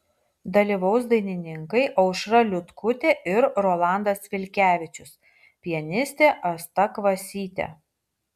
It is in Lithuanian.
dalyvaus dainininkai aušra liutkutė ir rolandas vilkevičius pianistė asta kvasytė